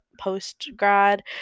post-grad